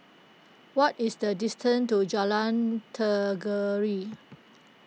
what is the distance to Jalan Tenggiri